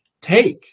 take